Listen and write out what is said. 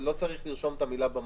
לא צריך לרשום את המילה "במקום".